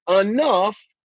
enough